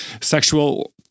sexual